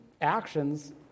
actions